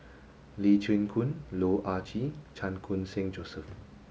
Lee Chin Koon Loh Ah Chee Chan Khun Sing Joseph